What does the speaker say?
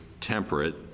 temperate